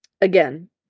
Again